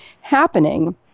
happening